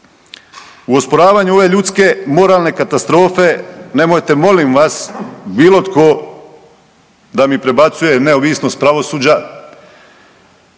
U osporavanju ove ljudske moralne katastrofe nemojte molim vas bilo tko da mi prebacuje neovisnost pravosuđa